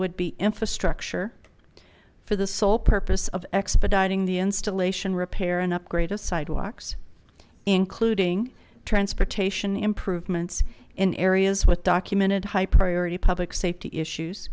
would be infrastructure for the sole purpose of expediting the installation repair and upgrade of sidewalks including transportation improvements in areas with documented high priority public safety issues